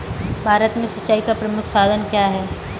भारत में सिंचाई का प्रमुख साधन क्या है?